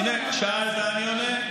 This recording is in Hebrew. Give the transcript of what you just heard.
הינה, שאלת, אני עונה.